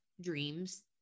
dreams